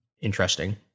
interesting